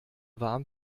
warm